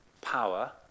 power